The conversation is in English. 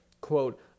quote